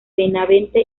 benavente